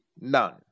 None